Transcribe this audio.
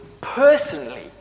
personally